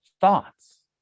thoughts